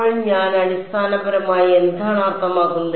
അപ്പോൾ അത് അടിസ്ഥാനപരമായി എന്താണ് അർത്ഥമാക്കുന്നത്